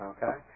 Okay